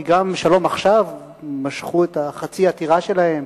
כי גם מ"שלום עכשיו" משכו את החצי-עתירה שלהם,